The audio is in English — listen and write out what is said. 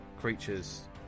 creatures